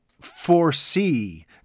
foresee